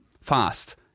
fast